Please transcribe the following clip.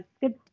good